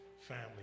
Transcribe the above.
family